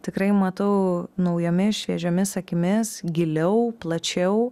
tikrai matau naujomis šviežiomis akimis giliau plačiau